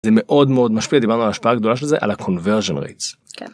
זה מאוד מאוד משפיע דיברנו על השפעה גדולה של זה על ה conversion rate